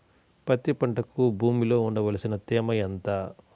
పత్తి పంటకు భూమిలో ఉండవలసిన తేమ ఎంత?